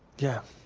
yeah.